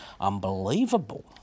unbelievable